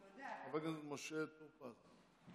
חבר הכנסת משה טור פז.